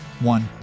one